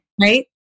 right